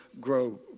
grow